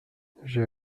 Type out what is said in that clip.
j’ai